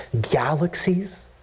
galaxies